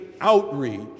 outreach